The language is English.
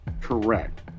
Correct